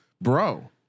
bro